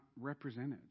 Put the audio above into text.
represented